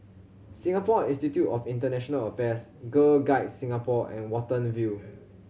Singapore Institute of International Affairs Girl Guides Singapore and Watten View